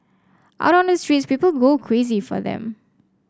out on the streets people go crazy for them